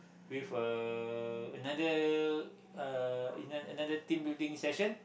with a another uh another another team building session